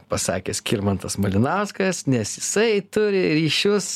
pasakė skirmantas malinauskas nes jisai turi ryšius